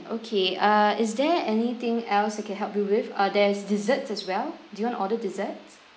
okay err is there anything else I can help you with uh there is desserts as well do you want to order desserts